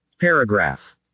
paragraph